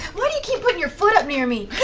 why do you keep putting your foot up near me?